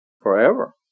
Forever